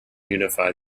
unified